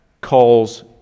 calls